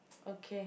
okay